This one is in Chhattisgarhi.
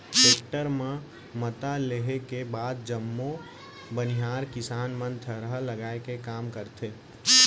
टेक्टर म मता लेहे के बाद जम्मो बनिहार किसान मन थरहा लगाए के काम करथे